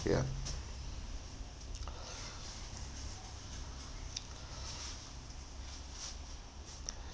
ya